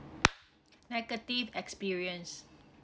negative experience